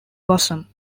blossom